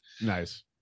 Nice